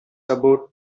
about